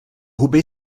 huby